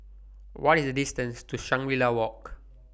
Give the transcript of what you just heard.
What IS The distance to Shangri La Walk